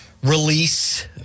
Release